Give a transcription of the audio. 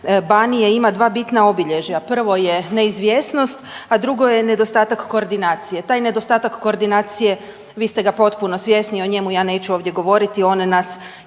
Banije ima 2 bitna obilježja. Prvo je neizvjesnost, a drugo je nedostatak koordinacije. Taj nedostatak koordinacije, vi ste ga potpuno svjesni i o njemu ja neću ovdje govoriti, one nas